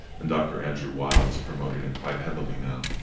and dr. andrew weil is promoting it quite heavily now.